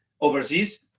overseas